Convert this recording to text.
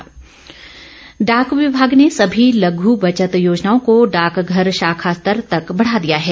डाक योजना डाक विभाग ने सभी लघू बचत योजनाओं को डाकघर शाखा स्तर तक बढ़ा दिया है